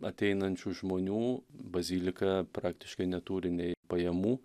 ateinančių žmonių bazilika praktiškai neturi nei pajamų